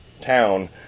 town